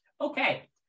Okay